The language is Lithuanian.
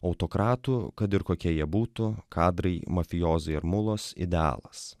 autokratų kad ir kokie jie būtų kadrai mafijozai ir mulos idealas